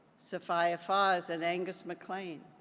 sefia-fah and angus maclean,